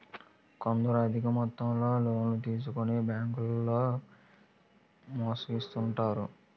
కొందరు అధిక మొత్తంలో లోన్లు తీసుకొని బ్యాంకుల్లో మోసగిస్తుంటారు